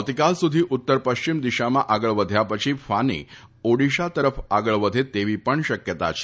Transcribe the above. આવતીકાલ સુધી ઉત્તર પશ્ચિમ દિશામાં આગળ વધ્યા પછી ફાની ઓડીશા તરફ આગળ વધે તેવી પણ શક્યતા છે